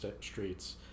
streets